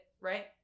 right